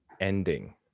ending